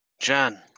Jan